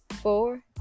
Four